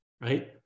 right